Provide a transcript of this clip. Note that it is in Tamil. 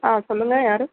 ஆ சொல்லுங்கள் யார்